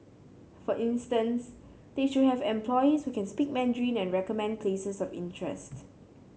for instance they should have employees who can speak Mandarin and recommend places of interest